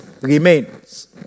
remains